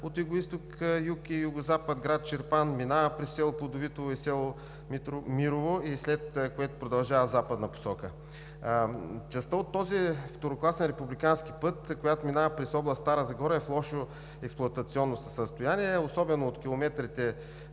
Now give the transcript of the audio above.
от югоизток, юг и югозапад град Чирпан, минава през село Плодовитово и село Мирово, след което продължава в западна посока. Частта от този второкласен републикански път, която минава през област Стара Загора, е в лошо експлоатационно състояние, особено от км